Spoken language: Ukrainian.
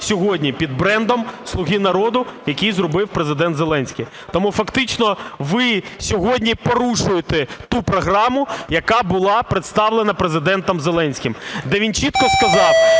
сьогодні під брендом "слуги народу", який зробив Президент Зеленський. Тому фактично ви сьогодні порушуєте ту програму, яка була представлена Президентом Зеленським, де він чітко сказав,